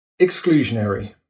exclusionary